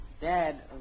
Dad